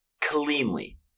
Cleanly